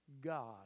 God